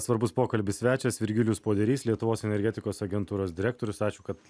svarbus pokalbis svečias virgilijus poderys lietuvos energetikos agentūros direktorius ačiū kad